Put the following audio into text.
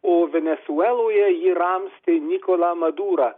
o venesueloje jį ramstė nikolą madurą